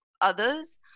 others